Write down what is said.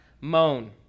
moan